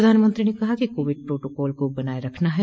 प्रधानमंत्री ने कहा कि कोविड प्रोटोकॉल को बनाये रखना है